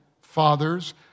fathers